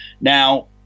now